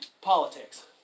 politics